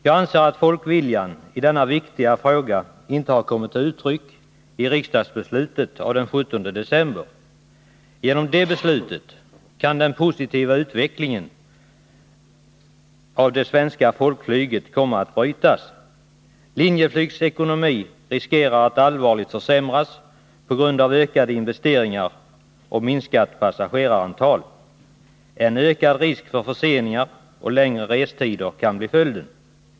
Jag anser att folkviljan i denna viktiga fråga inte har kommit till uttryck i riksdagsbeslutet av den 17 december. Genom det beslutet kan den positiva utvecklingen av det svenska folkflyget komma att brytas. Linjeflygs ekonomi riskerar att allvarligt försämras på grund av ökade investeringar och minskat passagerarantal. En ökad risk för förseningar och längre restider kan bli följden.